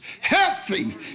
healthy